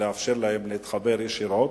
נאפשר להם להתחבר ישירות.